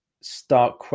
start